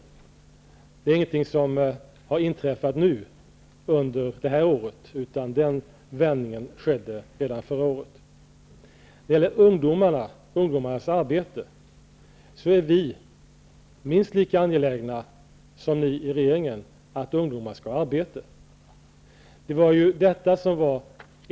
Detta är alltså inte något som har inträffat nu, under det här året, utan vändningen skedde redan förra året. Vi är minst lika angelägna som ni i regeringen om att ungdomar skall ha arbete.